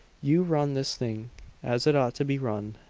you run this thing as it ought to be run,